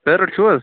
parrot چھُو حظ